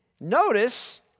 Notice